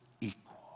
equal